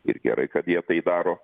ir gerai kad jie tai daro